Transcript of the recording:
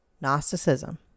Gnosticism